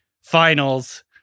finals